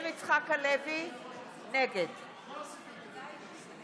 את שתי ההצבעות האחרונות של חברת הכנסת לוי אבקסיס בבקשה להכניס